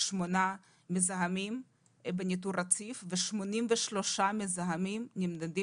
שמונה מזהמים בניטור רציף ו-83 מזהמים נמדדים